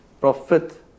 profit